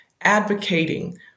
advocating